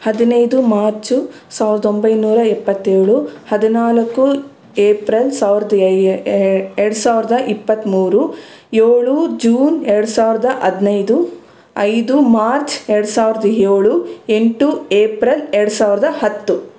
ಹದಿನೈದು ಮಾರ್ಚು ಸಾವಿರದ ಒಂಬೈನೂರ ಎಪ್ಪತ್ತೇಳು ಹದಿನಾಲ್ಕು ಏಪ್ರಲ್ ಸಾವಿರದ ಎರಡು ಸಾವಿರದ ಇಪ್ಪತ್ತ್ಮೂರು ಏಳು ಜೂನ್ ಎರಡು ಸಾವಿರದ ಹದಿನೈದು ಐದು ಮಾರ್ಚ್ ಎರಡು ಸಾವಿರದ ಏಳು ಎಂಟು ಏಪ್ರಲ್ ಎರ್ಡ್ ಸಾವಿರದ ಹತ್ತು